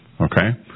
Okay